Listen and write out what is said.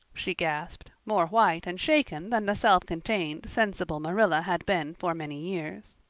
she gasped, more white and shaken than the self-contained, sensible marilla had been for many years.